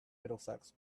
middlesex